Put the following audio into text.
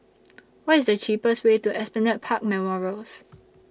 What IS The cheapest Way to Esplanade Park Memorials